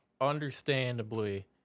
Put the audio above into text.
understandably